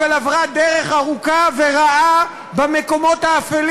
אבל עברה דרך ארוכה ורעה במקומות האפלים